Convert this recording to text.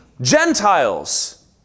Gentiles